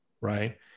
right